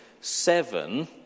seven